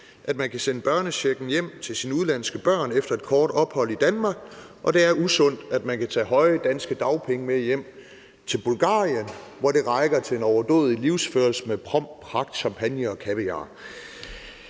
at man kan sende børnechecken hjem til sine udenlandske børn efter et kort ophold i Danmark, og det er usundt, at man kan tage høje danske dagpenge med hjem til Bulgarien, hvor det rækker til en overdådig livsførelse i pomp og pragt med champagne og kaviar.